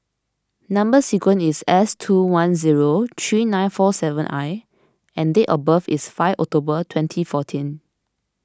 Number Sequence is S two one zero three nine four seven I and date of birth is five October twenty fourteen